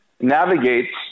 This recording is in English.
navigates